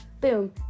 boom